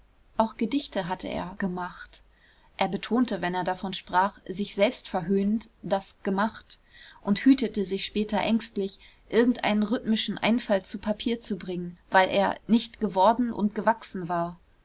auch gedichte hatte er gemacht er betonte wenn er davon sprach sich selbst verhöhnend das gemacht und hütete sich später ängstlich irgendeinen rhythmischen einfall zu papier zu bringen weil er nicht geworden und gewachsen war